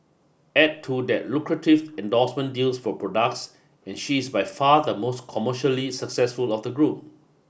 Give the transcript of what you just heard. add to that lucrative endorsement deals for products and she is by far the most commercially successful of the group